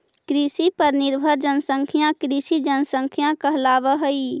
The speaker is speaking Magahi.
कृषि पर निर्भर जनसंख्या कृषि जनसंख्या कहलावऽ हई